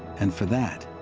and for that,